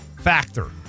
factor